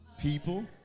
people